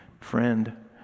friend